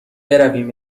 برویم